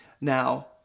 Now